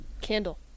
Candle